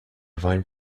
vine